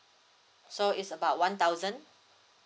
so it's about one thousand